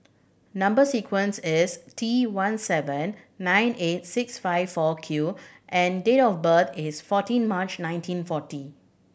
number sequence is T one seven nine eight six five four Q and date of birth is fourteen March nineteen forty